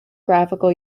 graphical